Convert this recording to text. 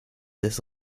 des